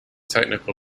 technical